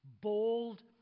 Bold